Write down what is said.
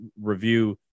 review